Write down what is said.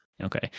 Okay